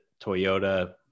Toyota